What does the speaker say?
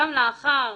גם לאחר